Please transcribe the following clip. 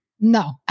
No